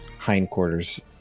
hindquarters